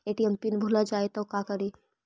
ATM PIN भुला जाए तो का करी?